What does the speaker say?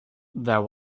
there